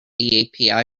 api